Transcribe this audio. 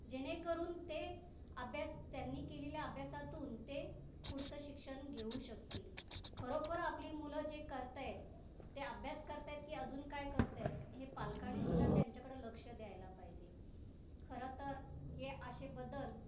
जेणे करून ते अभ्यास त्यांनी केलेल्या अभ्यासातून ते पुढचं शिक्षण घेऊ शकतील खरोखर आपली मुलं जे करत आहेत ते अभ्यास करत आहेत की अजून काय करत आहेत हे पालकांनीसुद्धा त्यांच्याकडं लक्ष द्यायला पाहिजे खरं तर हे असे बदल